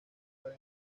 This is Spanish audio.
para